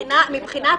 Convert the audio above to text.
מבחינת